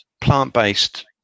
plant-based